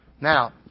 Now